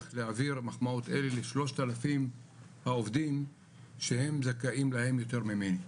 להעביר מחמאות אלה ל-3,000 העובדים שהם זכאים להם יותר ממני,